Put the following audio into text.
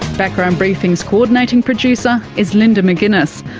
background briefing's co-ordinating producer is linda mcginness,